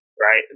Right